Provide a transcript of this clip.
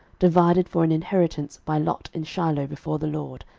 divided for an inheritance by lot in shiloh before the lord,